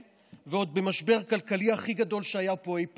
ועוד במשבר הכלכלי הכי גדול שהיה פה אי פעם.